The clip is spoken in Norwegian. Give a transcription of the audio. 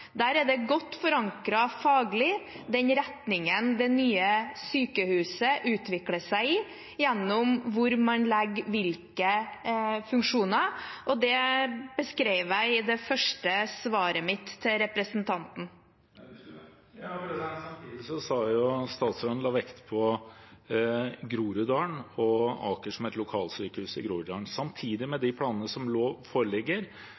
Der er den retningen det nye sykehuset utvikler seg i, godt forankret faglig gjennom hvor man legger hvilke funksjoner, og det beskrev jeg i det første svaret mitt til representanten. Samtidig la statsråden vekt på Groruddalen og Aker som et lokalsykehus i Groruddalen. Med de planene som nå foreligger,